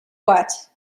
what